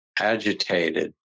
agitated